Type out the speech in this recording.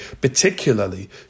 particularly